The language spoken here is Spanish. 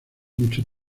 mucho